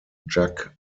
jacques